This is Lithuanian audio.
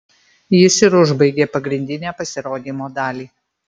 jis ir užbaigė pagrindinę pasirodymo dalį